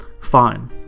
fine